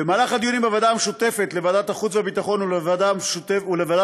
במהלך הדיונים בוועדה המשותפת לוועדת החוץ והביטחון ולוועדת העבודה,